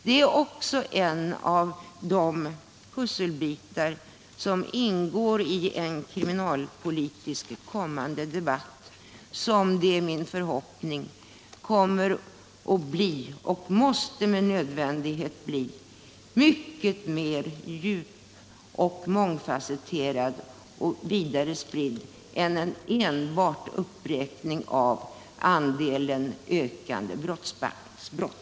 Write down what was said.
Detta är också en av de pusselbitar som ingår i en kommande kriminalpolitisk debatt som, det är min förhoppning, blir mycket djupare och mer mångfasetterad och vidare spridd än enbart en uppräkning av antalet ökande brottsbalksbrott.